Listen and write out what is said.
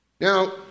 Now